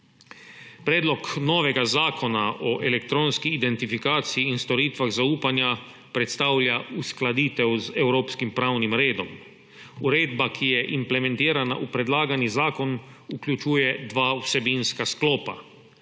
Predlog novega zakona o elektronski identifikaciji in storitvah zaupanja predstavlja uskladitev z evropskim pravnim redom. Uredba, ki je implementirana v predlagani zakon, vključuje dva vsebinska sklopa.